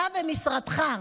אתה ומשרדך,